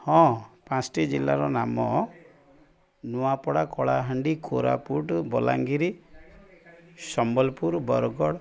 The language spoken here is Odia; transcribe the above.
ହଁ ପାଞ୍ଚଟି ଜିଲ୍ଲାର ନାମ ନୂଆପଡ଼ା କଳାହାଣ୍ଡି କୋରାପୁଟ ବଲାଙ୍ଗୀର ସମ୍ବଲପୁର ବରଗଡ଼